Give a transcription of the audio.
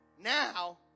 Now